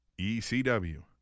ECW